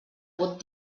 vot